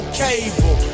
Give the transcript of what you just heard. cable